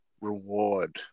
reward